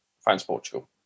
France-Portugal